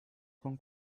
con